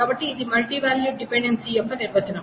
కాబట్టి ఇది multi valued dependency యొక్క నిర్వచనం